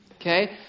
Okay